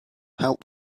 help